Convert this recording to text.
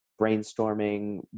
brainstorming